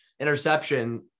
interception